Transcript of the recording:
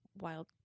wild